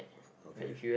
okay